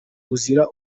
buzira